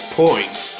points